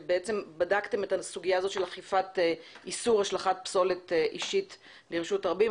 בדקתם את הסוגיה הזאת של אכיפת איסור השלכת פסולת אישית ברשות הרבים.